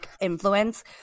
influence